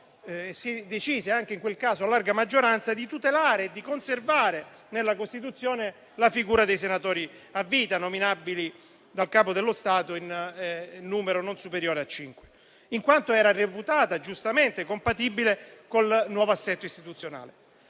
si decise, anche in quel caso a larga maggioranza, di tutelare e di conservare nella Costituzione la figura dei senatori a vita nominabili dal Capo dello Stato in numero non superiore a cinque. Tale figura era reputata infatti giustamente compatibile con il nuovo assetto istituzionale.